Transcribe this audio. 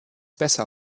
besser